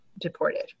deported